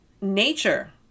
nature